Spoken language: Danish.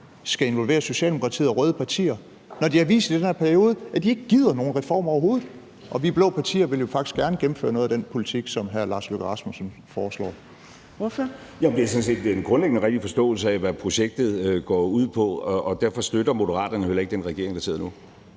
skal involvere Socialdemokratiet og røde partier, når de har vist i den her periode, at de ikke gider nogen reformer overhovedet. Vi blå partier vil jo faktisk gerne gennemføre noget af den politik, som hr. Lars Løkke Rasmussen foreslår. Kl. 20:01 Anden næstformand (Trine Torp): Ordføreren. Kl. 20:01 Lars Løkke Rasmussen (M): Jamen det er sådan set en grundlæggende rigtig forståelse af, hvad projektet går ud på, og derfor støtter Moderaterne jo heller ikke den regering, der sidder nu,